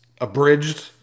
abridged